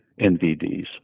NVDs